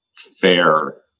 Fair